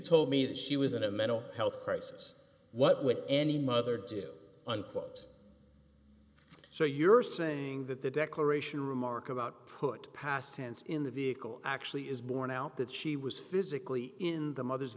told me that she was in a mental health crisis what would any mother do unquote so you're saying that the declaration remark about put past tense in the vehicle actually is borne out that she was physically in the mother